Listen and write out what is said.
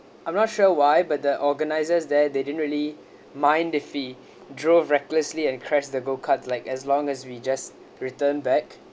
I'm not sure why but the organisers there they didn't really mind if we drove recklessly and crashed the go-kart like as long as we just return back